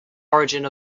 origin